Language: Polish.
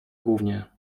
gównie